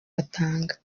batanga